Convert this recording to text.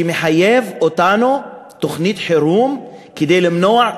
שמחייב אותנו לתוכנית חירום כדי למנוע,